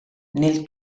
nel